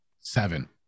seven